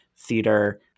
theater